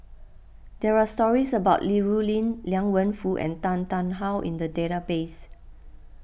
there are stories about Li Rulin Liang Wenfu and Tan Tarn How in the database